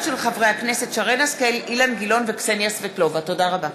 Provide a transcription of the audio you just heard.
תודה רבה.